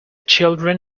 children